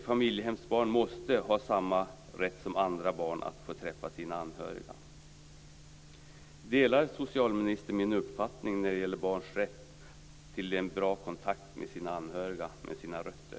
Familjehemsbarn måste ha samma rätt som andra barn att få träffa sina anhöriga. Delar socialministern min uppfattning om att barn har rätt till en bra kontakt med sina anhöriga och med sina rötter?